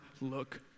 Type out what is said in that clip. look